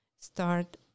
start